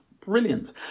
Brilliant